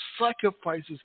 sacrifices